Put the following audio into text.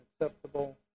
acceptable